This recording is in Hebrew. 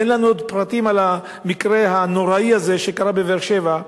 אין לנו עוד פרטים על המקרה הנוראי הזה שקרה בבאר שבע.